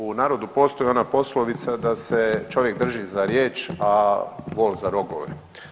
U narodu postoji ona poslovica da se čovjek drži za riječ, a vol za rogove.